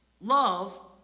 love